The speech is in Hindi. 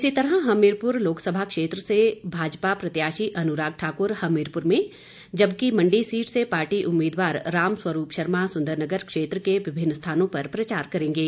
इसी तरह हमीरपुर लोकसभा क्षेत्र से भाजपा प्रत्याशी अनुराग ठाकुर हमीरपुर में जबकि मंडी सीट से पार्टी उम्मीदवार रामस्वरूप शर्मा सुंदरनगर क्षेत्र के विभिन्न स्थानों पर प्रचार करेंगे